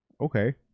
okay